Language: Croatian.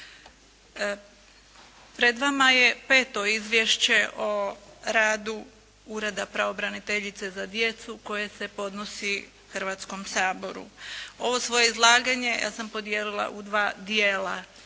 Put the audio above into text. Pred vama je peto Izvješće o radu Ureda pravobraniteljice za djecu koje se podnosi Hrvatskom saboru. Ovo svoje izlaganje ja sam podijelila u dva dijela,